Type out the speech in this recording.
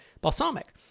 Balsamic